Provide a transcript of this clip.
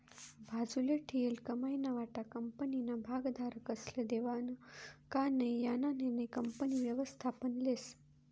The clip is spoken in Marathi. बाजूले ठीयेल कमाईना वाटा कंपनीना भागधारकस्ले देवानं का नै याना निर्णय कंपनी व्ययस्थापन लेस